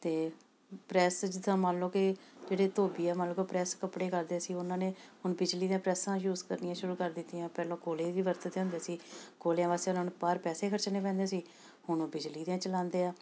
ਅਤੇ ਪ੍ਰੈਸ ਜਿੱਦਾਂ ਮੰਨ ਲੋ ਕਿ ਜਿਹੜੇ ਧੋਬੀ ਆ ਮੰਨ ਲਉ ਕਿ ਉਹ ਪ੍ਰੈਸ ਕੱਪੜੇ ਕਰਦੇ ਸੀ ਉਹਨਾਂ ਨੇ ਹੁਣ ਬਿਜਲੀ ਦੀਆਂ ਪ੍ਰੈਸਾਂ ਯੂਜ ਕਰਨੀਆਂ ਸ਼ੁਰੂ ਕਰ ਦਿੱਤੀਆਂ ਪਹਿਲਾਂ ਕੋਲੇ ਵੀ ਵਰਤਦੇ ਹੁੰਦੇ ਸੀ ਕੋਲਿਆਂ ਵਾਸਤੇ ਉਹਨਾਂ ਨੂੰ ਬਾਹਰ ਪੈਸੇ ਖਰਚਣੇ ਪੈਂਦੇ ਸੀ ਹੁਣ ਉਹ ਬਿਜਲੀ ਦੀਆਂ ਚਲਾਉਂਦੇ ਆ